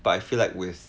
but I feel like with